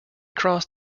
crossed